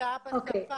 הנגשת השפה.